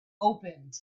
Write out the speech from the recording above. opened